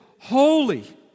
holy